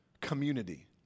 community